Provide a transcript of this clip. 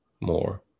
more